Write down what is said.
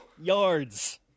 yards